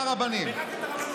את הרבנות.